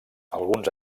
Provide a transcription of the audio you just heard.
alguns